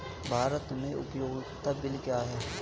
भारत में उपयोगिता बिल क्या हैं?